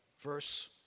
Verse